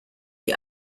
die